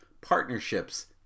partnerships